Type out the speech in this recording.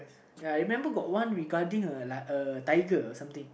ya I remember got one regarding a like a tiger or something